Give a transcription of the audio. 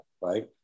right